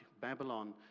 Babylon